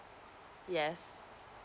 yes